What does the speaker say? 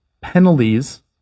penalties